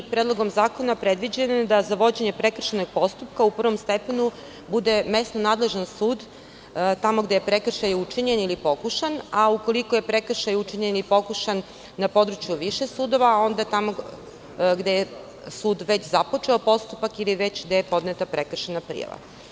Predlogom zakona predviđeno je da za vođenje prekršajnog postupka u prvom stepenu bude mesna nadležnost sud, tamo gde je prekršaj učinjen ili pokušan, a ukoliko je prekršaj učinjen ili pokušan na području više sudova, onda je tamo gde je sud već započeo postupak ili gde je već podneta prekršajna prijava.